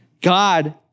God